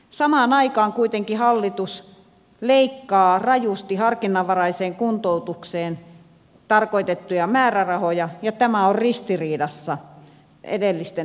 samaan aikaan kuitenkin hallitus leikkaa rajusti harkinnanvaraiseen kuntoutukseen tarkoitettuja määrärahoja ja tämä on ristiriidassa edellisten tavoitteiden kanssa